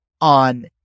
on